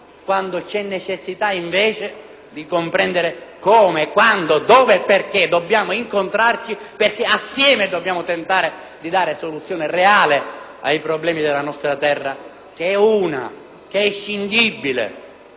esiste la necessità di decidere come, quando, dove e perché dobbiamo incontrarci, perché insieme dobbiamo tentare di dare una soluzione reale ai problemi della nostra terra che è una ed è inscindibile,